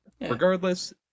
regardless